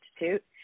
Institute